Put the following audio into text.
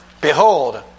Behold